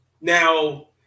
Now